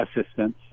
assistance